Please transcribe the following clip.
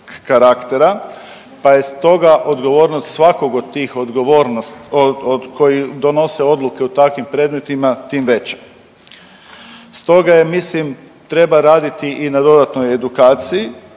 pa je stoga odgovornost svakog od tih odgovornost, koji donose donese odluke u takvim predmetima tim veća. Stoga je mislim treba raditi i na dodatnoj edukaciji